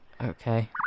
Okay